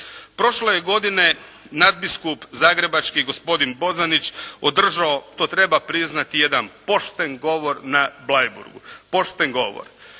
Prošle je godine nadbiskup zagrebački gospodin Bozanić održao, to treba priznati, jedan pošten govor na Bleiburgu. Pošten govor.